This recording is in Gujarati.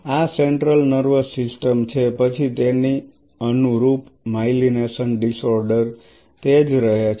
આ સેન્ટ્રલ નર્વસ સિસ્ટમ છે પછી તેની અનુરૂપ માઇલિનેશન ડિસઓર્ડર તે જ રહે છે